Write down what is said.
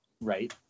right